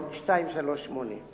לפי מה שאומר לי המזכיר,